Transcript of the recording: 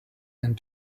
and